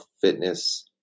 fitness